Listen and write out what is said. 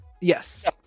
Yes